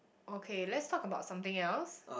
okay let's talk about something else